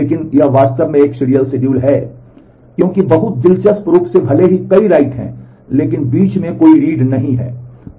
लेकिन यह वास्तव में एक सीरियल शेड्यूल है क्योंकि बहुत दिलचस्प रूप से भले ही कई लेखन हैं लेकिन बीच में कोई रीड नहीं हैं